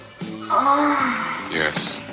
Yes